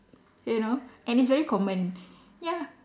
you know and it's very common ya